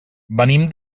venim